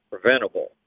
preventable